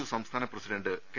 U സംസ്ഥാന president K